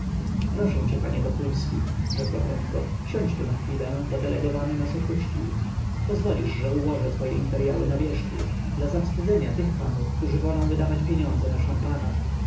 proszę cię panie wokulski rzekła prędko siądź tu na chwilę bo delegowany nas opuścił pozwolisz że ułożę twoje imperyały na wierzchu dla zawstydzenia tych panów którzy wolą wydawać pieniądze na szampana